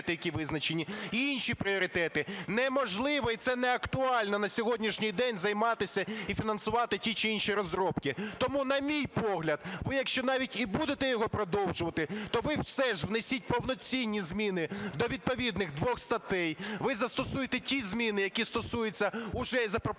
ви застосуйте ті зміни, які стосуються уже і запропонуйте